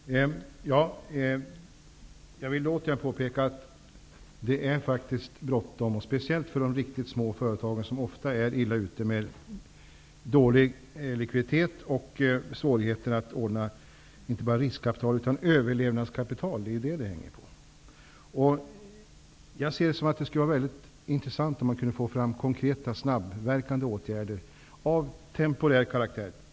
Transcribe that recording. Fru talman! Jag vill än en gång påpeka att det faktiskt är bråttom, speciellt för de riktigt små företagen. De har ofta dålig likviditet och svårigheter med att ordna, inte bara riskkapital, utan även överlevnadskapital. Det skulle vara bra att få fram konkreta snabbverkande åtgärder av temporär karaktär.